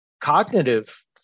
cognitive